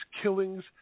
killings